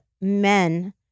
men